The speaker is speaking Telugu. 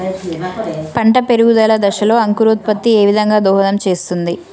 పంట పెరుగుదల దశలో అంకురోత్ఫత్తి ఏ విధంగా దోహదం చేస్తుంది?